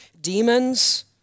demons